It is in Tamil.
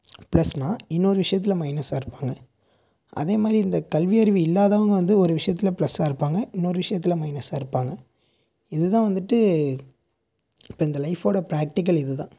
ப்ளஸ்னால் இன்னொரு விஷயத்தில் மைனஸ்ஸாக இருப்பாங்க அதே மாதிரி இந்த கல்வி அறிவு இல்லாதவங்க வந்து ஒரு விஷயத்தில் ப்ளஸ்ஸாக இருப்பாங்க இன்னொரு விஷயத்தில் மைனஸ்ஸாக இருப்பாங்க இதுதான் வந்துட்டு இப்போ இந்த லைஃபோட ப்ராக்டிக்கல் இதுதான்